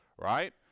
Right